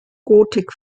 gotik